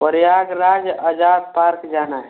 Prayagraj Azad park जाना है